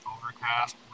Overcast